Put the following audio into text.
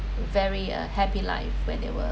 very a happy life when they were